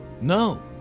No